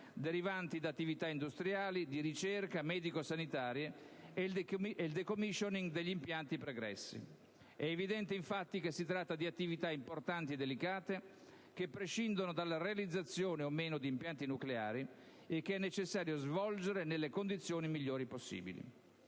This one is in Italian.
derivanti da attività industriali, di ricerca e medico-sanitarie e il *decommissioning* degli impianti pregressi. È evidente, infatti, che si tratta di attività importanti e delicate, che prescindono dalla realizzazione o meno di impianti nucleari e che è necessario svolgere nelle condizioni migliori possibili.